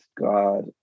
God